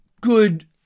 good